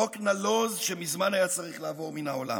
חוק נלוז, שמזמן היה צריך לעבור מן העולם,